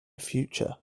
future